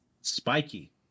Spiky